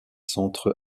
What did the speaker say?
s’entre